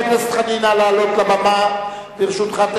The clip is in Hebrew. חבר הכנסת חנין, נא לעלות לבמה.